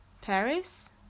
Paris